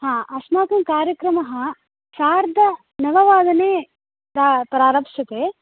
हा अस्माकं कार्यक्रमः सार्धनववादने प्रा प्रारप्स्यते